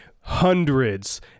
hundreds